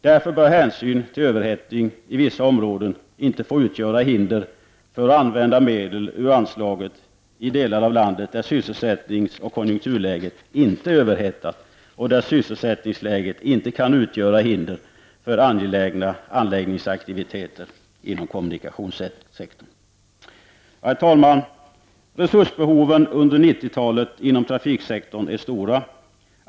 Därför bör hänsyn till överhettning i vissa områden inte få utgöra hinder för att man använder medel ur anslaget i delar av landet där sysselsättningsoch konjunkturläget inte är överhettat och där sysselsättningsläget inte kan utgöra hinder för angelägna anläggningsaktiviteter inom kommunikationssektorn. Herr talman! Resursbehoven under 1990-talet inom trafiksektorn är stora.